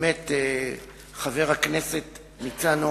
חבר הכנסת ניצן הורוביץ,